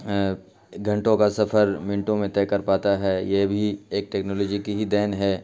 گھنٹوں کا سفر منٹوں میں طے کر پاتا ہے یہ بھی ایک ٹیکنالوجی کی ہی دین ہے